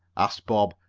asked bob,